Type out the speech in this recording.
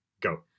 go